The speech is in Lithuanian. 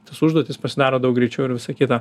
tas užduotis pasidaro daug greičiau ir visa kita